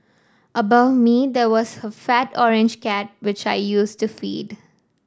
above me there was a fat orange cat which I used to feed